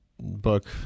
book